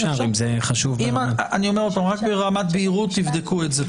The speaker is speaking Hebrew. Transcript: רק ברמת בהירות, תבדקו את זה.